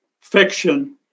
fiction